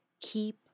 Keep